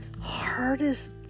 hardest